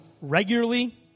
regularly